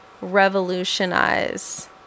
revolutionize